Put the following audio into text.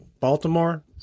baltimore